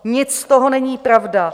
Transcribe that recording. Nic z toho není pravda.